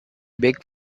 big